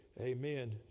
Amen